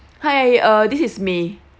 hi uh this is may